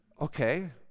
Okay